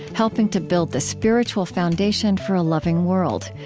helping to build the spiritual foundation for a loving world.